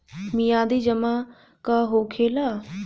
मियादी जमा का होखेला?